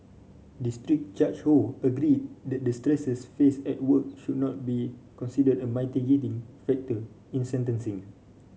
district Judge Ho agreed that the stresses faced at work should not be considered a mitigating factor in sentencing